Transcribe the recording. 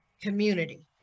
community